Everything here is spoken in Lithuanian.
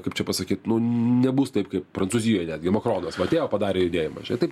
kaip čia pasakyt nebus taip kaip prancūzijoj netgi makronas va atėjo padarė judėjimą čia taip